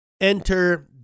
Enter